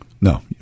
no